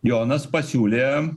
jonas pasiūlė